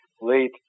late